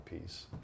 peace